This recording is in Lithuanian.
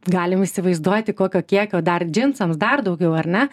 galim įsivaizduoti kokio kiekio dar džinsams dar daugiau ar ne